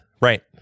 right